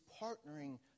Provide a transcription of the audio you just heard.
partnering